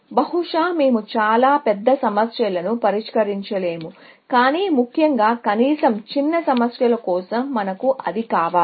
బహుశా మేము చాలా పెద్ద సమస్యలను పరిష్కరించలేము కాని ముఖ్యంగా కనీసం చిన్న సమస్యల కోసం మనకు అది కావాలి